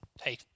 Hey